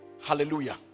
Hallelujah